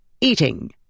Eating